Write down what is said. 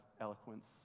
eloquence